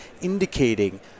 indicating